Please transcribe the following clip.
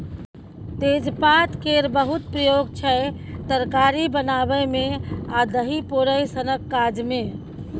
तेजपात केर बहुत प्रयोग छै तरकारी बनाबै मे आ दही पोरय सनक काज मे